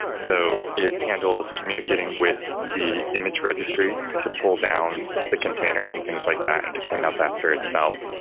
so it handles communicating with the image registry to pull down the containers and things like that and to clean up after itself,